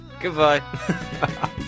Goodbye